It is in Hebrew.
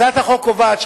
הצעת החוק קובעת,